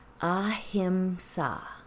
Ahimsa